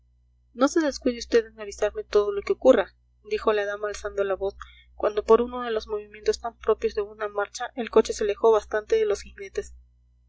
no se descuide vd en avisarme todo lo que ocurra dijo la dama alzando la voz cuando por uno de los movimientos tan propios de una marcha el coche se alejó bastante de los